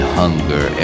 hunger